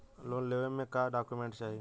Loan लेवे मे का डॉक्यूमेंट चाही?